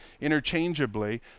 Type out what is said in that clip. interchangeably